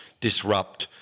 disrupt